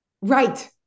Right